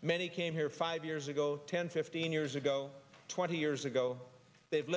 many came here five years ago ten fifteen years ago twenty years ago they've